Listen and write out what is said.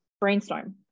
brainstorm